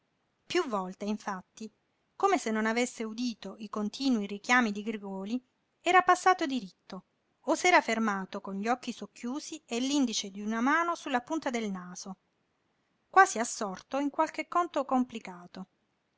piú volte infatti come se non avesse udito i continui richiami di grigòli era passato diritto o s'era fermato con gli occhi socchiusi e l'indice d'una mano sulla punta del naso quasi assorto in qualche conto complicato